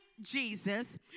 Jesus